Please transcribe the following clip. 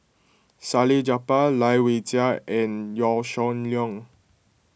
Salleh Japar Lai Weijie and Yaw Shin Leong